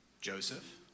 Joseph